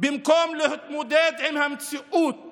במקום להתמודד עם המציאות